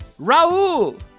Raul